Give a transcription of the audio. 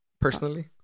personally